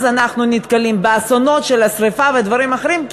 אנחנו נתקלים באסונות של שרפה ודברים אחרים,